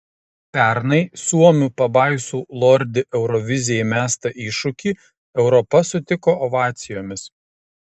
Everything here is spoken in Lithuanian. pernai suomių pabaisų lordi eurovizijai mestą iššūkį europa sutiko ovacijomis